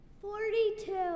Forty-two